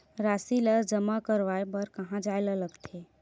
राशि ला जमा करवाय बर कहां जाए ला लगथे